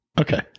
Okay